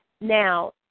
Now